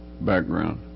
background